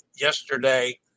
yesterday